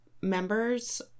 members